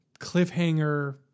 cliffhanger